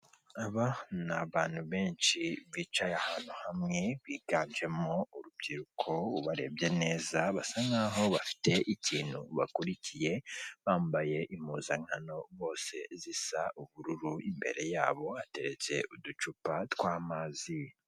Aba ni abantu beshi bicaye ahantu hamwe biganjemo urubyiruko ubarebye neza basa nkaho bafite ikintu bakurikiye bambaye impuzankano bose zisa ubururu imbere yabo hateretse uducupa tw'amazi.